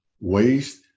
waste